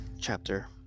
chapter